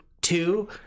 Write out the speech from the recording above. Two